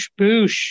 Boosh